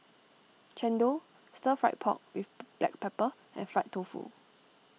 Chendol Stir Fry Pork with Black Pepper and Fried Tofu